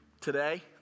today